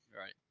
Right